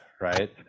Right